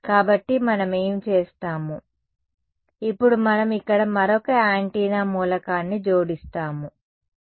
కాబట్టి మనం ఏమి చేస్తాము ఇప్పుడు మనం ఇక్కడ మరొక యాంటెన్నా మూలకాన్ని జోడిస్తాము సరే